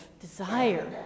desire